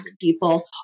people